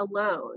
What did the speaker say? alone